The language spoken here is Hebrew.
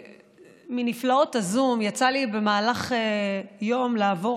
מנפלאות הזום, יצא לי במהלך יום לעבור